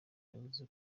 yavuze